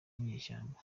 n’inyeshyamba